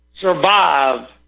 survive